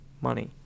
money